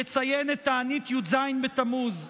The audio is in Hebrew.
נציין את תענית י"ז בתמוז,